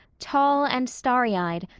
tall and starry-eyed,